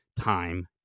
time